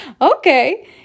okay